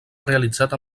realitzat